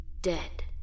Dead